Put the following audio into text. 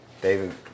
David